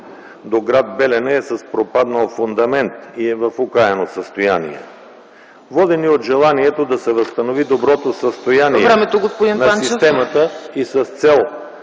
до град Белене е с пропаднал фундамент и е в окаяно състояние. Водени от желанието да се възстанови доброто състояние на системата ...